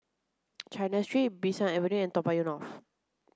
China Street Bee San Avenue and Toa Payoh North